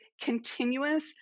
continuous